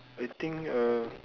I think uh